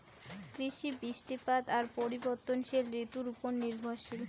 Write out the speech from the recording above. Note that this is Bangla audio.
কৃষি, বৃষ্টিপাত আর পরিবর্তনশীল ঋতুর উপর নির্ভরশীল